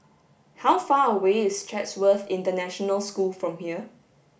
how far away is Chatsworth International School from here